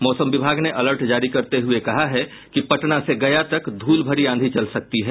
मौसम विभाग ने अलर्ट जारी करते हुये कहा है कि पटना से गया तक धूल भरी आंधी चल सकती है